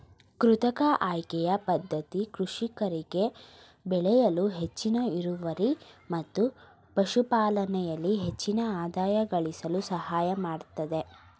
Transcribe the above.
ಕೃತಕ ಆಯ್ಕೆಯ ಪದ್ಧತಿ ಕೃಷಿಕರಿಗೆ ಬೆಳೆಯಲ್ಲಿ ಹೆಚ್ಚಿನ ಇಳುವರಿ ಮತ್ತು ಪಶುಪಾಲನೆಯಲ್ಲಿ ಹೆಚ್ಚಿನ ಆದಾಯ ಗಳಿಸಲು ಸಹಾಯಮಾಡತ್ತದೆ